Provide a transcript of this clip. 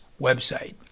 website